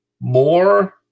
more